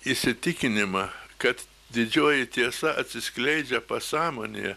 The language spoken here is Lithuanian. įsitikinimą kad didžioji tiesa atsiskleidžia pasąmonėje